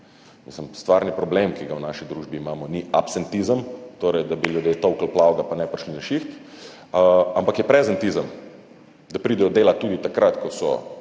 Stvarni problem, ki ga v naši družbi imamo, ni absentizem, torej da bi ljudje tolkli plavega pa ne bi prišli na šiht, ampak je prezentizem – da pridejo delat tudi takrat, ko so